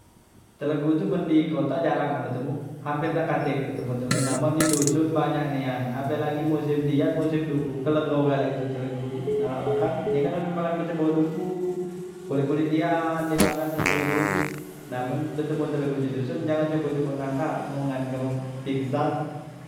Telegu tu men di kota jarang wang betemu hampir dak katek betemu telegu nah men di dusun banyak nian apelagi musim dian musim duku kelegho gale telegu tu nak la makan, ye kan hobi makan pete bawah duku, kulit- kulit dian, di makan nye telegu tu, nah men betemu telegu di doson jangan cubo- cubo nangkap men nggan kamu pingsan.